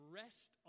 rest